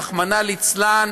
רחמנא ליצלן,